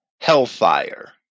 hellfire